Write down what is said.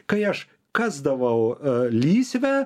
kai aš kasdavau lysvę